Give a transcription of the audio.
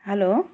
hello